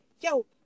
Yo